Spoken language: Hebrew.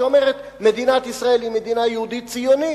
שאומרת: מדינת ישראל היא מדינה יהודית ציונית.